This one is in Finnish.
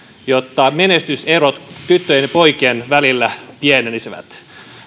jotta menestyserot tyttöjen ja poikien välillä pienenisivät